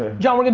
ah john, and